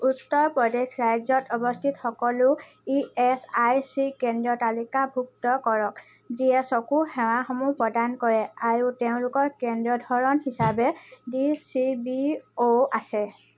উত্তৰ প্ৰদেশ ৰাজ্যত অৱস্থিত সকলো ই এছ আই চি কেন্দ্ৰ তালিকাভুক্ত কৰক যিয়ে চকু সেৱাসমূহ প্ৰদান কৰে আৰু তেওঁলোকৰ কেন্দ্ৰৰ ধৰণ হিচাপে ডি চি বি ও আছে